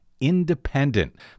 Independent